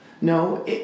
no